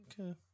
Okay